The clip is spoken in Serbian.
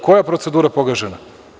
Koja je procedura pogažena?